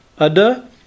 ada